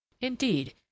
Indeed